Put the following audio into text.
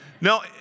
No